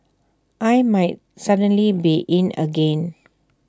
I might suddenly be in again